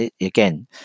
again